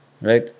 Right